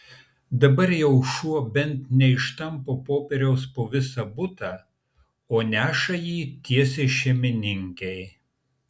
dabar jau šuo bent neištampo popieriaus po visą butą o neša jį tiesiai šeimininkei